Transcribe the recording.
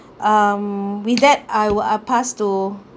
um with that I'll I'll pass to